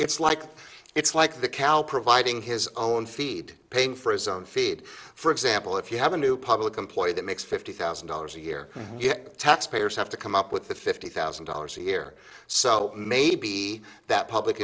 it's like it's like the cow providing his own feed paying for his own feed for example if you have a new public employee that makes fifty thousand dollars a year yet the taxpayers have to come up with the fifty thousand dollars a year so maybe that public